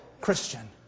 Christian